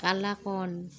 কলাকান